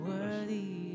Worthy